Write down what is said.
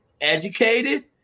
educated